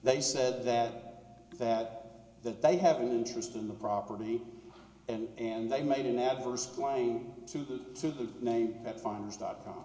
they said that that that they have an interest in the property and and they made an adverse claim to the name